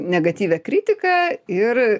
negatyvią kritiką ir